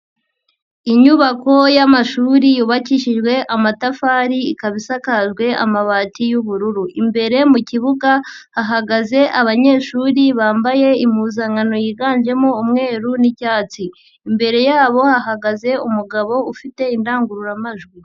Inyubako y'amashuri yubakishijwe amatafari ikaba isakajwe amabati y'ubururu, imbere mu kibuga hahagaze abanyeshuri bambaye impuzankano yiganjemo umweru n'icyatsi, imbere yabo hahagaze umugabo ufite indangururamajwi.